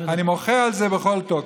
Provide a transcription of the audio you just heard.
אני מוחה על זה בכל תוקף.